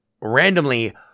randomly